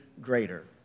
greater